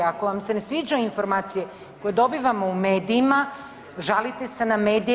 Ako vam se ne sviđaju informacije koje dobivamo u medijima, žalite se na medije.